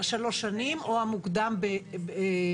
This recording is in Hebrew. שלוש שנים או המוקדם מהם.